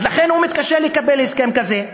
לכן הוא מתקשה לקבל הסכם כזה.